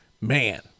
man